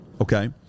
Okay